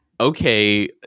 okay